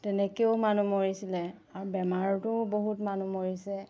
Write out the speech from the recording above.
তেনেকৈও মানুহ মৰিছিলে আৰু বেমাৰতো বহুত মানুহ মৰিছে